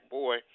boy